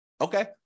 Okay